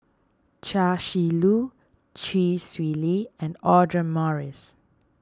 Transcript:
Chia Shi Lu Chee Swee Lee Audra Morrice